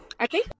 okay